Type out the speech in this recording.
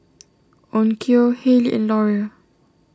Onkyo Haylee and Laurier